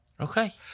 Okay